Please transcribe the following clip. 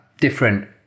different